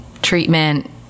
treatment